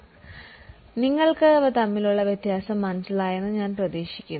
അതിനാൽ നിങ്ങൾക്ക് വ്യത്യാസം മനസിലായി എന്ന് ഞാൻ പ്രതീക്ഷിക്കുന്നു